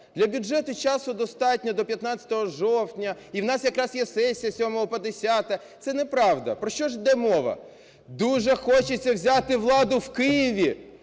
Для бюджету часу достатньо до 15 жовтня. І в нас якраз є сесія з 7 по 10. Це неправда. Про що ж іде мова? Дуже хочеться взяти владу в Києві.